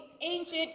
ancient